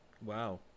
wow